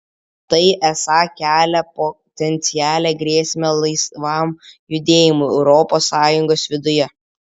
tai esą kelia potencialią grėsmę laisvam judėjimui europos sąjungos viduje